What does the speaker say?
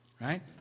Right